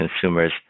consumers